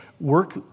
Work